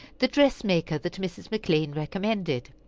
the dress-maker that mrs. mcclean recommended?